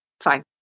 fine